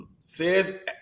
says